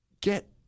Get